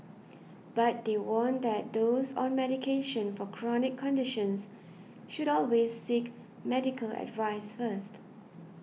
but they warn that those on medication for chronic conditions should always seek medical advice first